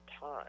time